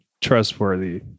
trustworthy